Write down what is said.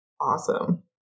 Awesome